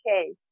okay